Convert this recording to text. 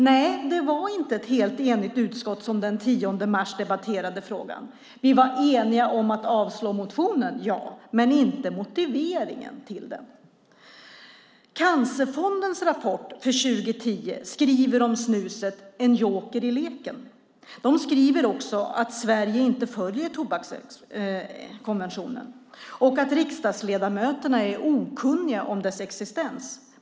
Nej, det var inte ett helt enigt utskott som den 10 mars debatterade frågan. Vi var eniga om att avslå motionen, men inte om motiveringen till det. I Cancerfondens rapport för 2010 skriver man om snuset som en joker i leken. Man skriver också att Sverige inte följer tobakskonventionen och att riksdagsledamöterna är okunniga om dess existens.